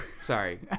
Sorry